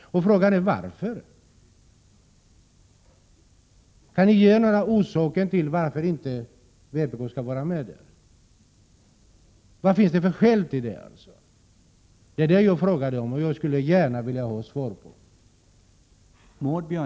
Frågan är: Varför? Kan ni ange några skäl till att vpk inte skall få vara representerat? Vilka skäl finns det? Det har jag frågat, och jag skulle gärna vilja ha ett svar!